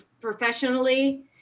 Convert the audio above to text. professionally